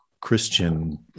Christian